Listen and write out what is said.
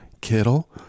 Kittle